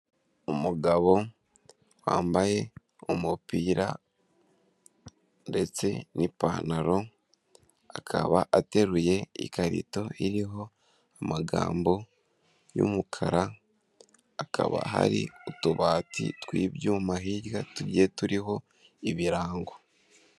Umugabo wambaye umupira ndetse n'ipantaro, akaba ateruye ikarito iriho amagambo y'umukara, hakaba hari utubati tw'ibyuma hirya tugiye turiho ibirango.